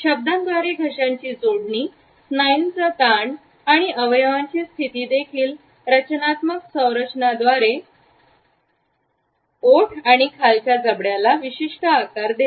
शब्दांद्वारे घशाची जोडणी स्नायूंचा ताण आणि अवयवांची स्थिती देखील रचनात्मक संरचनाद्वारे ओठ आणि खालच्या जबडाला आकार देते